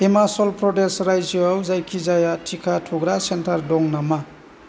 हिमाचल प्रदेश रायजोआव जायखिजाया टिका थुग्रा सेन्टार दङ नामा